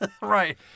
Right